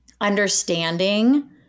understanding